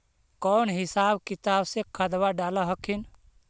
कौन हिसाब किताब से खदबा डाल हखिन?